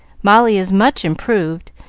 molly is much improved,